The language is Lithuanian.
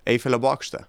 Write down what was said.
eifelio bokštą